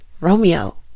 romeo